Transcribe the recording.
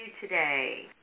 today